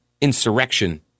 insurrection